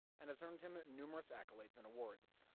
and has earned him numerous accolades and awards,